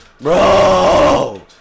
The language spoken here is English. Bro